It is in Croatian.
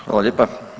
Hvala lijepa.